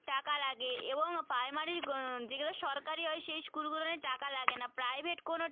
টাকা লাগে এবং প্রাইমারির যেগুলো সরকারি হয় সেই স্কুলগুলোনে টাকা লাগে না প্রাইভেট কোনো